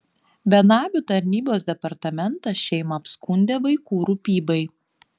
benamių tarnybos departamentas šeimą apskundė vaikų rūpybai